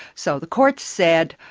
so, the court said,